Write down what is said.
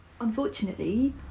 Unfortunately